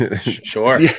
Sure